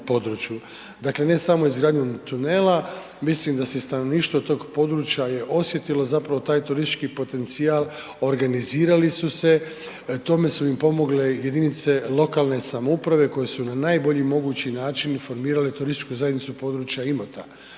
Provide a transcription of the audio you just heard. Dakle, ne samo izgradnjom tunela, mislim da se i stanovništvo tog područja je osjetilo zapravo taj turistički potencijal, organizirali su se, u tome su im pomogle jedinice lokalne samouprave koji su na najbolji mogući način formirale turističku zajednicu u područja Imota.